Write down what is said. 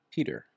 Peter